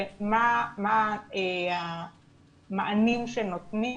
ומה המענים שנותנים,